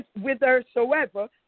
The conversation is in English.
whithersoever